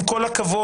עם כל הכבוד,